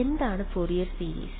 എന്താണ് Fourier series